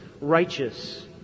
righteous